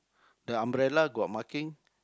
the umbrella got marking